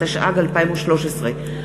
התשע"ג 2013,